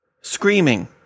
Screaming